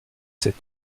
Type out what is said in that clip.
sept